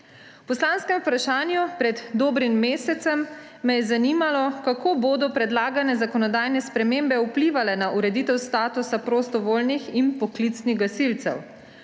V poslanskem vprašanju pred dobrim mesecem me je zanimalo, kako bodo predlagane zakonodajne spremembe vplivale na ureditev statusa prostovoljnih in poklicnih gasilcev,